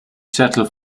settle